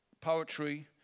poetry